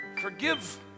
Forgive